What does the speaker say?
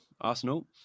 Arsenal